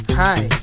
hi